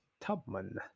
Tubman